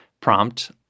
prompt